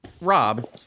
Rob